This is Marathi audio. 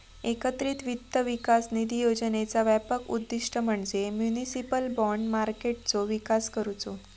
एकत्रित वित्त विकास निधी योजनेचा व्यापक उद्दिष्ट म्हणजे म्युनिसिपल बाँड मार्केटचो विकास करुचो